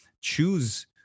choose